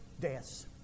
deaths